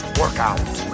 workout